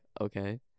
okay